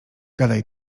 gadaj